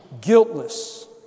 guiltless